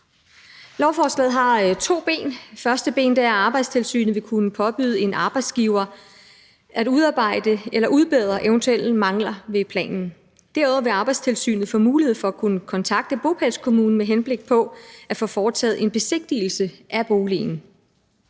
Lovforslaget har to ben. Det første ben er, at Arbejdstilsynet vil kunne påbyde en arbejdsgiver at udbedre eventuelle mangler ved planen. Derudover vil Arbejdstilsynet få mulighed for at kunne kontakte bopælskommunen med henblik på at få foretaget en besigtigelse af boligen.